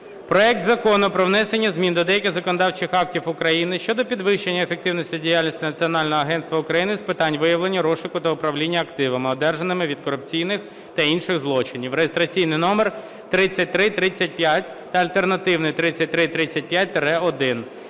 проект Закону про внесення змін до деяких законодавчих актів України щодо підвищення ефективності діяльності Національного агентства України з питань виявлення, розшуку та управління активами, одержаними від корупційних та інших злочинів (реєстраційний номер 3335 та альтернативний 3335-1).